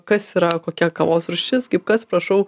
kas yra kokia kavos rūšis kaip kas prašau